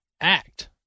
act